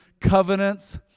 covenants